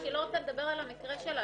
היא לא רוצה לדבר על המקרה שלה,